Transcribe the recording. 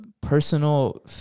personal